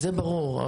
זה ברור.